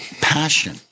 passion